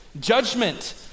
judgment